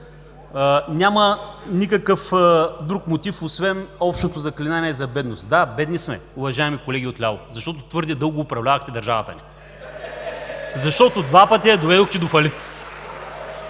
Няма никакъв друг мотив освен общото заклинание за бедност. Да, бедни сме, уважаеми колеги отляво, защото твърде дълго управлявахте държавата ни! (Оживление. Реплики